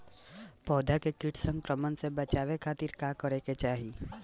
पौधा के कीट संक्रमण से बचावे खातिर का करे के चाहीं?